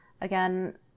again